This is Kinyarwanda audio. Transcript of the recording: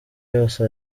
yose